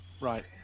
Right